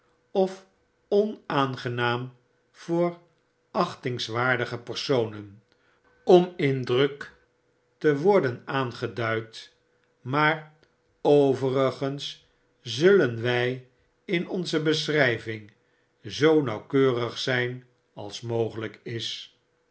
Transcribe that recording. of onaangenaam voor achtingswaardige personen om indrukteworden aangeduid maar overigens zullen wy in onze beschtijving zoo nauwkeurig zyn als mogelyk is